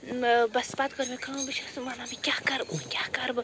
ٲں بَس پَتہٕ کٔر مےٚ کٲم بہٕ چھیٚس وَنان وۄنۍ کیٛاہ کَرٕ بہٕ وۄنۍ کیٛاہ کَرٕ بہٕ